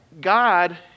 god